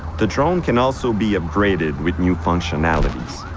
the drone can also be upgraded with new functionalities.